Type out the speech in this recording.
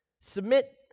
submit